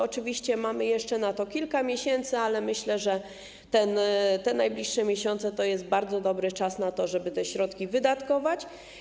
Oczywiście mamy na to jeszcze kilka miesięcy, ale myślę, że te najbliższe miesiące to jest bardzo dobry czas na to, żeby te środki wydatkować.